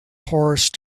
horse